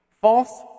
false